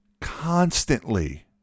constantly